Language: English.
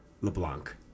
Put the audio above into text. LeBlanc